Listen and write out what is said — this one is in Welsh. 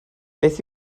beth